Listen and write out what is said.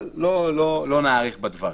אבל לא נאריך בדברים.